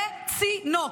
בצינוק.